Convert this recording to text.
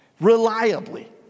reliably